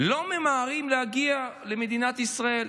לא ממהרים להגיע למדינת ישראל,